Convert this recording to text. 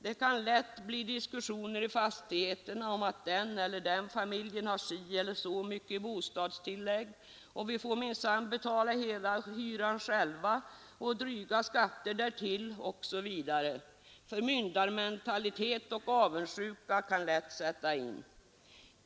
Det kan lätt bli diskussioner i fastigheterna om att den eller den familjen har si eller så mycket i bostadstillägg, men vi får minsann betala hela hyran själva och dryga skatter därtill osv. Förmyndarmentalitet och avundsjuka kan lätt sätta in.